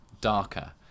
darker